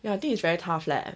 I think it's very tough leh